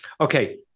Okay